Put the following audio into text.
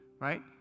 right